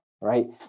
right